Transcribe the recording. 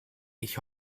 ich